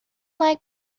like